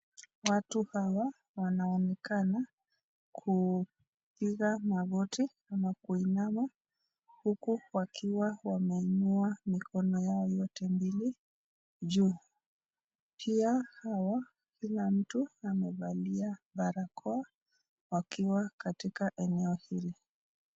Watu hawa wanaoenekana kupiga magoti ama kuinama huku wakiwa wameinua mikono yao yote mbili juu. Pia hawa kila mtu amevalia barakoa wakiwa katika eneo hili.